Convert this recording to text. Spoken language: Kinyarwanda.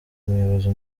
umuyobozi